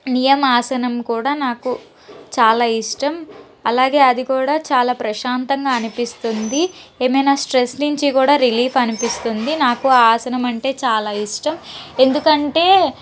నియమ ఆసనం కూడా నాకు చాలా ఇష్టం అలాగే అది కూడా చాలా ప్రశాంతంగా అనిపిస్తుంది ఏమైనా స్ట్రెస్ నుంచి కూడా రిలీఫ్ అనిపిస్తుంది నాకు ఆ ఆసనం అంటే చాలా ఇష్టం ఎందుకంటే